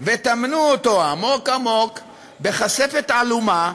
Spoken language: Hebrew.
וטמנו אותו עמוק-עמוק בכספת עלומה,